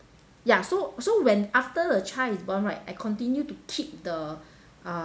ya so so when after the child is born right I continue to keep the uh